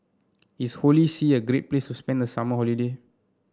is Holy See a great places to spend the summer holiday